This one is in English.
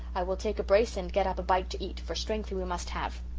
i will take a brace and get up a bite to eat, for strength we we must have.